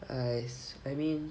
!hais! I mean